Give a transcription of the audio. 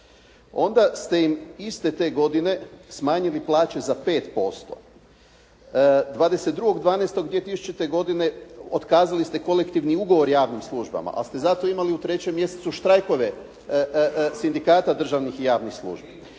Onda ste im iste te godine smanjili plaće za 5%. 22.12.2000. godine otkazali ste kolektivni ugovor javnim službama ali ste zato imali u 3. mjesecu štrajkove Sindikata državnih i javnih službi.